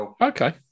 Okay